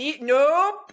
nope